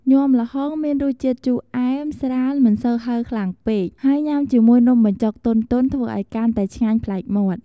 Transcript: ញាំល្ហុងមានរសជាតិជូរអែម ស្រាល មិនសូវហិរខ្លាំងពេក ហើយញ៉ាំជាមួយនំបញ្ចុកទន់ៗ ធ្វើឲ្យកាន់តែឆ្ងាញ់ប្លែកមាត់។